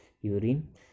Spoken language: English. urine